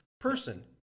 person